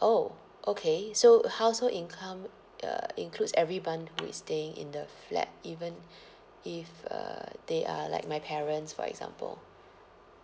oh okay so household income uh includes everyone who is staying in the flat even if uh they are like my parents for example